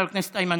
חבר הכנסת עודה,